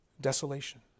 Desolation